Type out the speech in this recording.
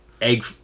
egg